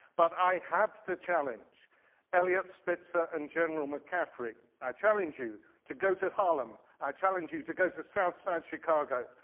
but i have to challenge eliot spitzer and general mccaffrey. i challenge you to go to harlem. i challenge you to go to southside chicago,